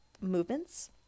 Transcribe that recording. movements